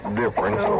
difference